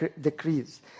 decrease